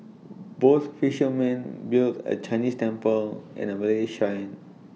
both fishermen built A Chinese temple and A Malay Shrine